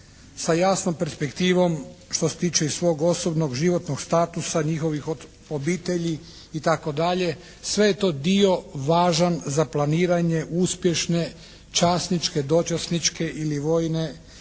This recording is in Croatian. sa jasnom perspektivom što se tiče iz svog osobnog, životnog statusa njihovih obitelji itd., sve je to dio važan za planiranje uspješne časniče, dočasničke ili vojne